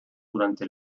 durante